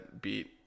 beat